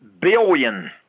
billion